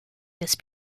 this